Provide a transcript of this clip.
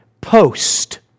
post